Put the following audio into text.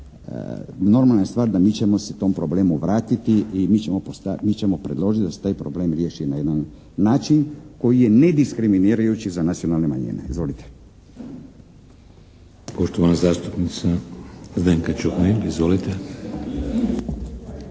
normalna je stvar da mi ćemo se tom problemu vratiti i mi ćemo predložiti da se taj problem riješi na jedan način koji je nediskriminirajući za nacionalne manjine. Izvolite.